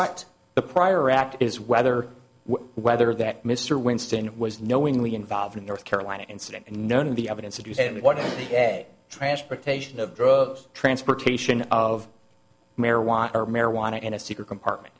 right the prior act is whether whether that mr winston was knowingly involved in north carolina incident and none of the evidence that you said one day transportation of drugs transportation of marijuana or marijuana in a secret compartment